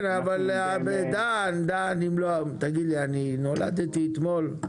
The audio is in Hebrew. אני נולדתי אתמול?